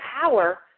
power